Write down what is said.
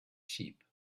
sheep